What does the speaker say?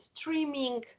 streaming